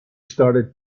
started